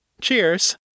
Cheers